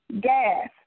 gas